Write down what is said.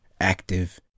active